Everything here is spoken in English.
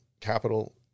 capital